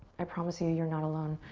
i promise you you're not alone.